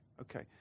okay